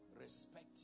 respect